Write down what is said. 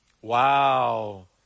Wow